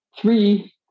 three